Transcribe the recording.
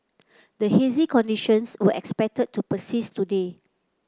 the hazy conditions were expected to persist today